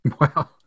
Wow